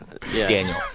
Daniel